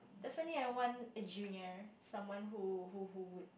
definitely I want a junior someone who who who